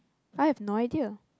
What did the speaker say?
I have no idea